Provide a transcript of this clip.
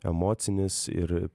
emocinis ir